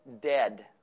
dead